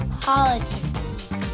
politics